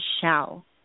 shell